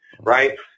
right